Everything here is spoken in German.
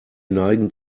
neigen